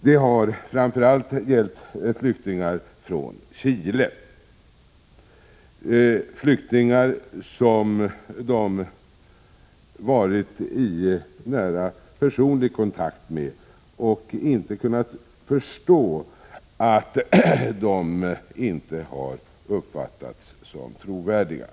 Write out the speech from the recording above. Det har framför allt gällt flyktingar från Chile, som de har varit i personlig kontakt med — och de har inte kunnat förstå att dessa flyktingar inte skulle vara trovärdiga.